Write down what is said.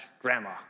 grandma